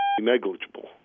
negligible